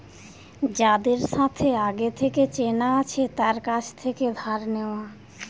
যাদের সাথে আগে থেকে চেনা আছে তার কাছ থেকে ধার নেওয়া